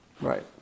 Right